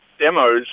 demos